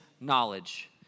knowledge